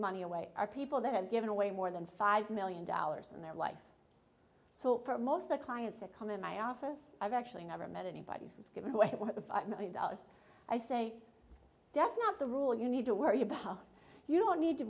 money away are people that have given away more than five million dollars in their life so for most of the clients that come in my office i've actually never met anybody who has given away one million dollars i say that's not the rule you need to worry about how you don't need to